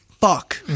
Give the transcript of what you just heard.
fuck